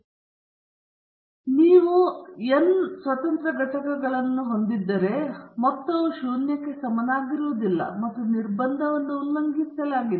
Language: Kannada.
ನೀವು ವ್ಯತ್ಯಾಸಗಳ N ಸ್ವತಂತ್ರ ಘಟಕಗಳನ್ನು ಹೊಂದಿದ್ದರೆ ಮೊತ್ತವು ಶೂನ್ಯಕ್ಕೆ ಸಮನಾಗಿರುವುದಿಲ್ಲ ಮತ್ತು ನಿರ್ಬಂಧವನ್ನು ಉಲ್ಲಂಘಿಸಲಾಗಿದೆ